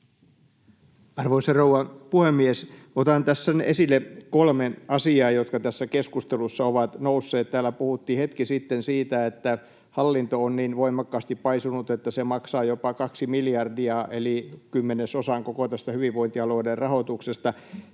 Arvoisa rouva puhemies! Otan tässä esille kolme asiaa, jotka tässä keskustelussa ovat nousseet. Täällä puhuttiin hetki sitten siitä, että hallinto on niin voimakkaasti paisunut, että se maksaa jopa kaksi miljardia eli kymmenesosan koko tästä hyvinvointialueiden rahoituksesta.